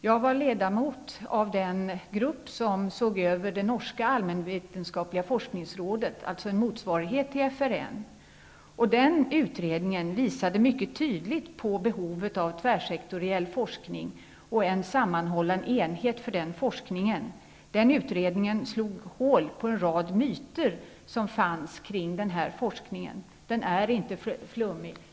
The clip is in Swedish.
Jag var ledamot av den grupp som såg över arbetet vid Norges Allmennvitenskapelige Forskningsråd, en motsvarighet till FRN. Den utredningen visade mycket tydligt på behovet av tvärsektoriell forskning och en sammanhållande enhet för den forskningen. Utredningen slog hål på en rad myter som fanns kring denna forskning. Den är inte flummig.